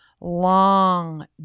long